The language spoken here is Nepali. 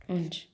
हुन्छ